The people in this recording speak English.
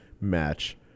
match